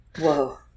Whoa